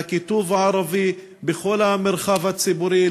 לכיתוב הערבי בכל המרחב הציבורי,